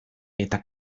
eta